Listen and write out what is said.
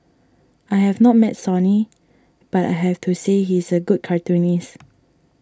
I have not met Sonny but I have to say he is a good cartoonist